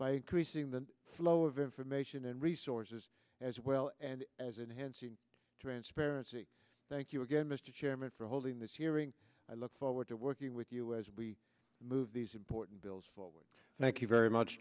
by the flow of information and resources as well and as it heads transparency thank you again mr chairman for holding this hearing i look forward to working with you as we move these important bills forward thank you very much